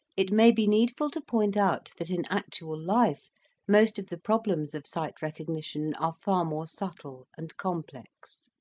it may be needful to point out that in actual life most of the problems of sight recognition are far more subtle and complex.